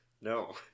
No